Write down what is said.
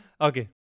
Okay